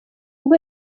ubwo